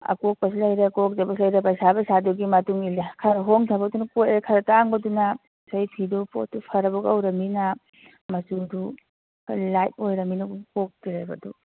ꯑꯀꯣꯛꯄꯁꯨ ꯂꯩꯔꯦ ꯀꯣꯛꯇꯕꯁꯨ ꯂꯩꯔꯦ ꯄꯩꯁꯥ ꯄꯩꯁꯥꯗꯨꯒꯤ ꯃꯇꯨꯡꯏꯜꯂꯦ ꯈꯔ ꯍꯣꯡꯊꯕꯗꯨꯅ ꯀꯣꯛꯑꯦ ꯈꯔ ꯇꯥꯡꯕꯗꯨꯅ ꯉꯁꯥꯏ ꯐꯤꯗꯨ ꯄꯣꯠꯇꯨ ꯐꯔꯕ ꯀꯧꯔꯃꯤꯅ ꯃꯆꯨꯗꯨ ꯈꯔ ꯂꯥꯏꯠ ꯑꯣꯏꯔꯃꯤꯅ ꯀꯣꯛꯇ꯭ꯔꯦꯕ ꯑꯗꯨ